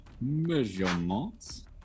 measurements